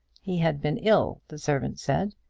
he had been ill, the servant said,